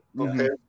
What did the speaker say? Okay